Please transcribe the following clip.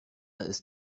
ist